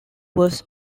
was